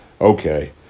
Okay